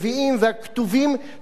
לא מצאתי שהוא כתוב שם.